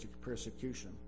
persecution